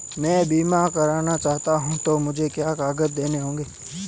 मैं बीमा करना चाहूं तो मुझे क्या क्या कागज़ देने होंगे?